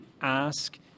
ask